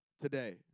today